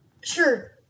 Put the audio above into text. sure